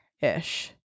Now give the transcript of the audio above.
ish